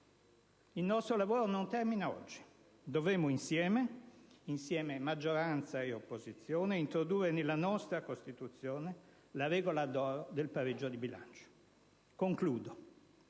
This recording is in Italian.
Il nostro lavoro non termina oggi. Dovremo insieme - insieme maggioranza e opposizione - introdurre nella nostra Costituzione la regola d'oro del pareggio di bilancio. Concludo.